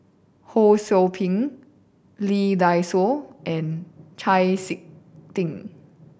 Ho Sou Ping Lee Dai Soh and Chau Sik Ting